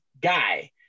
guy